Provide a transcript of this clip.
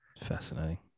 Fascinating